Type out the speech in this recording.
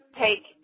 take